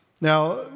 now